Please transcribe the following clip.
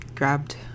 grabbed